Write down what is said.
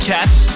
Cats